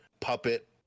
puppet